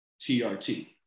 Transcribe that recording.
TRT